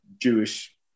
Jewish